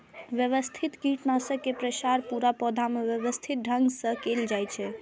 व्यवस्थित कीटनाशक के प्रसार पूरा पौधा मे व्यवस्थित ढंग सं कैल जाइ छै